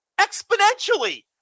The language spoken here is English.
exponentially